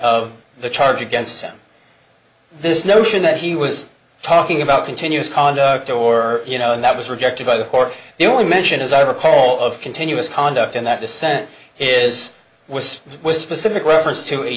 of the charge against him this notion that he was talking about continuous conduct or you know and that was rejected by the court the only mention as i recall of continuous conduct in that dissent is was with specific reference to a